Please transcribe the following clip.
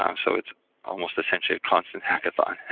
um so it's almost essentially constant hackathon.